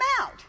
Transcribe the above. out